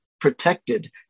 protected